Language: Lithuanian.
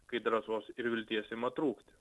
kai drąsos ir vilties ima trūkti